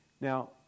Now